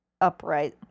upright